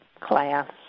class